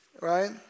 right